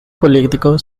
político